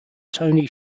tony